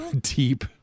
deep